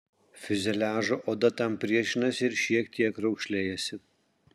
fiuzeliažo oda tam priešinasi ir šiek tiek raukšlėjasi